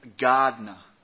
gardener